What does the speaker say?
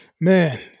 man